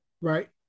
Right